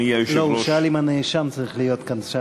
הוא שאל אם הנאשם צריך להיות כאן,